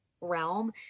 realm